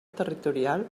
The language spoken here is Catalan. territorial